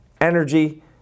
energy